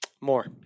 More